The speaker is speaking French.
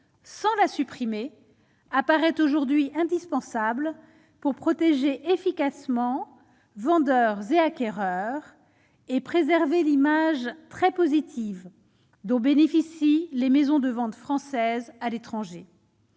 sans la supprimer apparaît aujourd'hui indispensable pour protéger efficacement vendeur et acquéreur et préserver l'image très positive dont bénéficient les maisons de ventes françaises à l'étranger,